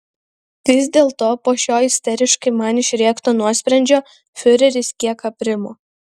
vis dėlto po šio isteriškai man išrėkto nuosprendžio fiureris kiek aprimo